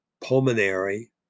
pulmonary